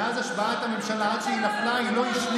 מאז השבעת הממשלה עד שהיא נפלה,